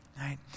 right